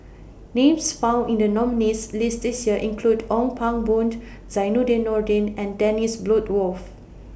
Names found in The nominees' list This Year include Ong Pang Boon Zainudin Nordin and Dennis Bloodworth